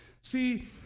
See